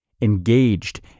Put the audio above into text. Engaged